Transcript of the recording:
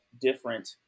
different